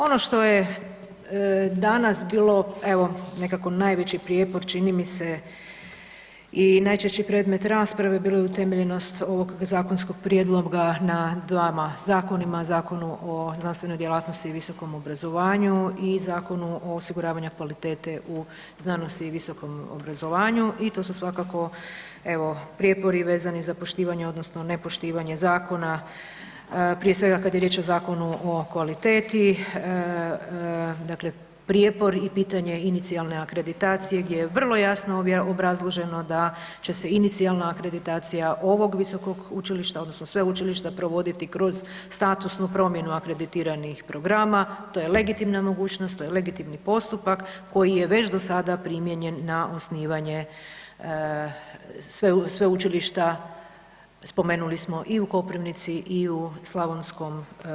Ono što je danas bilo, evo nekako najveći prijepor čini mi se i najčešći predmet rasprave, bilo je utemeljenost ovog zakonskog prijedloga na dvama zakonima, Zakonu o znanstvenoj djelatnosti i visokom obrazovanju i Zakonu o osiguravanju kvalitete u znanosti i visokom obrazovanju i to su svakako, evo prijepori vezani za poštivanje odnosno ne poštivanje zakona, prije svega kad je riječ o Zakonu o kvaliteti dakle prijepor i pitanje inicijalne akreditacije gdje je vrlo jasno obrazloženo da će se inicijalna akreditacija ovog visokog učilišta odnosno sveučilišta provoditi kroz statusnu promjenu akreditiranih programa, to je legitimna mogućnost, to je legitimni postupak koji je već dosada primijenjen na osnivanje, spomenuli smo i u Koprivnici i u Sl.